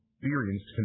experienced